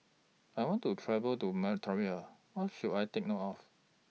I want to travel to Mauritania What should I Take note of